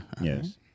Yes